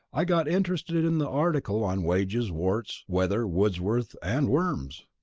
i got interested in the articles on wages, warts, weather, wordsworth, and worms.